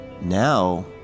now